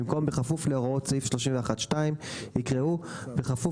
במקום "בכפוף להוראות סעיף 31(2)" יקראו "בכפוף